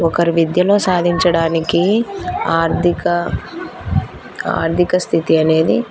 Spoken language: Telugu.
ఒకరు విద్యలో సాధించడానికి ఆర్థిక ఆర్థిక స్థితి అనేది